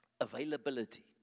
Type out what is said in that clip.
Availability